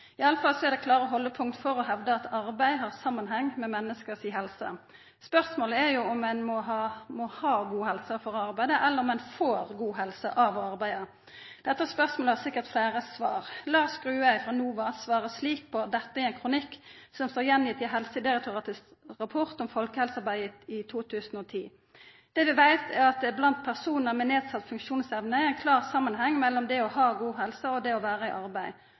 Iallfall er det klare haldepunkt for å hevda at arbeid har samanheng med menneske si helse. Spørsmålet er jo om ein må ha god helse for å arbeida, eller om ein får god helse av å arbeida. Dette spørsmålet har sikkert fleire svar. Lars Grue frå NOVA svarer slik på dette i ein kronikk som står i Helsedirektoratets rapport om folkehelsearbeidet frå 2010: «Det vi imidlertid vet er at det blant personer med nedsatt funksjonsevne er en klar sammenheng mellom det å ha god helse og det å være i arbeid.»